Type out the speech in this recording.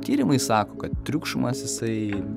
tyrimai sako kad triukšmas jisai